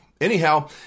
Anyhow